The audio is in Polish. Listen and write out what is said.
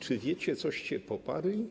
Czy wiecie, coście poparli?